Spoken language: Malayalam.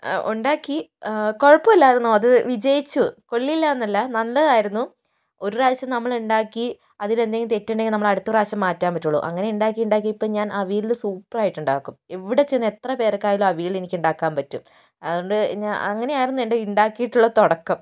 ഉണ്ടാക്കി കുഴപ്പമില്ലായിരുന്നു അത് വിജയിച്ചു കൊള്ളില്ലയെന്നല്ല നല്ലതായിരുന്നു ഒരു പ്രാവശ്യം നമ്മൾ ഉണ്ടാക്കി അതിൽ എന്തെങ്കിലും തെറ്റുണ്ടെങ്കിൽ അടുത്ത പ്രാവശ്യം മാറ്റാൻ പറ്റുകയുള്ളൂ അങ്ങനെ ഉണ്ടാക്കി ഉണ്ടാക്കി ഇപ്പോൾ ഞാൻ അവിയൽ സൂപ്പർ ആയിട്ടുണ്ടാകും എവിടെ ചെന്ന് എത്രപേർക്ക് ആയാലും അവിയൽ എനിക്ക് ഉണ്ടാക്കാൻ പറ്റും അതുകൊണ്ട് അങ്ങനെയായിരുന്നു എൻറെ ഉണ്ടാക്കിയിട്ടുള്ള തുടക്കം